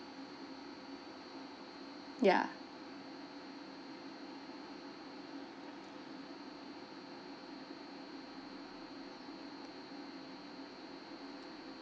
ya